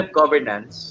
governance